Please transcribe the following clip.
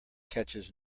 catches